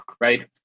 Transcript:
right